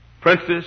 princess